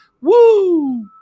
Woo